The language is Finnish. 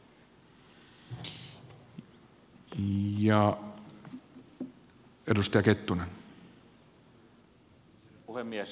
herra puhemies